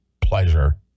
pleasure